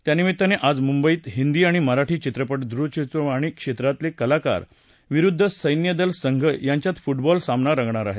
त्यानिमित्त आज मुंबईत हिंदी आणि मराठी चित्रपट द्रचित्रवाणी क्षेत्रातले कलाकार विरुद्ध सैन्यदल संघ यांच्यात फूटबॉल सामना रंगणार आहे